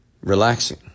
Relaxing